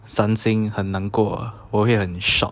伤心很难过我会很 shock